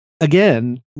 again